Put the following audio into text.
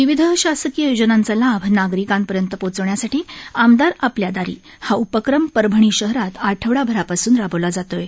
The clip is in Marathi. विविध शासकीय योजनांचा लाभ नागरिकांपर्यंत पोहोचवण्यासाठी आमदार आपल्या दारी हा उपक्रम परभणी शहरात आठवडाभरापासून राबवला जात आहे